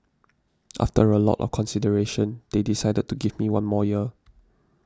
after a lot of consideration they decided to give me one more year